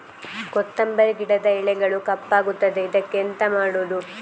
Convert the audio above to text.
ಕೊತ್ತಂಬರಿ ಗಿಡದ ಎಲೆಗಳು ಕಪ್ಪಗುತ್ತದೆ, ಇದಕ್ಕೆ ಎಂತ ಮಾಡೋದು?